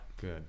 Good